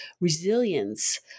resilience